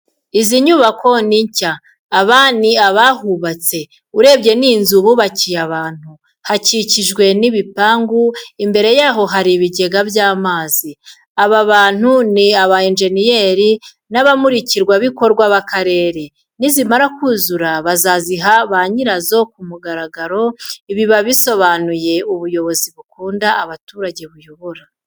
Izi nyubako ni nshya, aba ni abahubatse, urebye n'inzu bubakiye abantu. Hakikijwe n'igipangu, imbere yaho hari ibigega by'amazi, aba bantu ni aba enjeniyeri n'abamurikirwa bikorwa ba karere. Nizimara kuzura bazaziha ba nyirazo kumugaragaro, ibi biba bisobanuye ubuyobozi bukunda abaturage buyoboye.